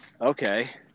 Okay